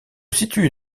situe